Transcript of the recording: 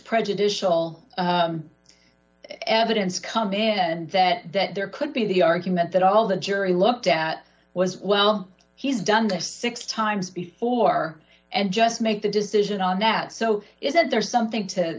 prejudicial evidence come in and that that there could be the argument that all the jury looked at was well he's done this six times before and just make the decision on that so isn't there something to